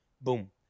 Boom